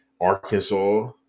Arkansas